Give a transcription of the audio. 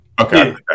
okay